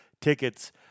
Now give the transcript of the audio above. tickets